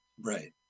right